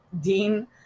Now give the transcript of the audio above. Dean